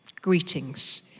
Greetings